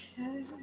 Okay